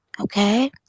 okay